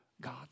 God